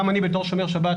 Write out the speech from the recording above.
גם אני בתור שומר שבת,